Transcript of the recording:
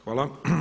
Hvala.